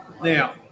Now